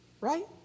right